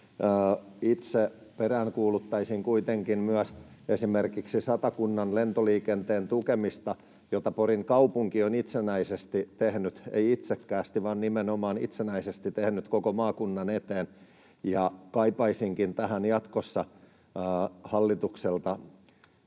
Itse peräänkuuluttaisin kuitenkin myös esimerkiksi Satakunnan lentoliikenteen tukemista, jota Porin kaupunki on itsenäisesti tehnyt — ei itsekkäästi, vaan nimenomaan itsenäisesti tehnyt koko maakunnan eteen. Kaipaisinkin tähän jatkossa hallitukselta